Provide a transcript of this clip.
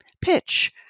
pitch